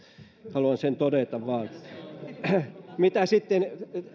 haluan sen vain todeta mitä sitten